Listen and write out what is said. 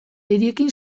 hiriekin